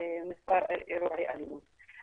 מספר אירועי אלימות.